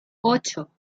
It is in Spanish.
ocho